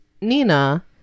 Nina